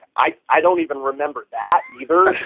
i i don't even remember that either